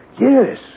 Yes